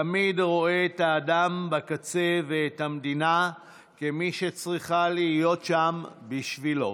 תמיד רואה את האדם בקצה ואת המדינה כמי שצריכה להיות שם בשבילו.